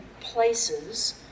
places